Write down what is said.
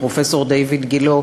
הפרופסור דיויד גילה,